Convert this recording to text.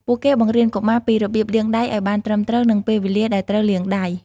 ពួកគេបង្រៀនកុមារពីរបៀបលាងដៃឱ្យបានត្រឹមត្រូវ និងពេលវេលាដែលត្រូវលាងដៃ។